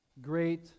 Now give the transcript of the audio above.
great